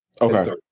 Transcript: okay